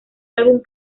álbum